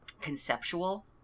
conceptual